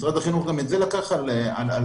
משרד החינוך גם את זה לקח על עצמו,